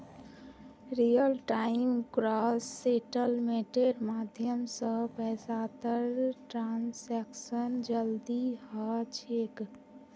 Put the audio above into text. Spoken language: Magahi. रियल टाइम ग्रॉस सेटलमेंटेर माध्यम स पैसातर ट्रांसैक्शन जल्दी ह छेक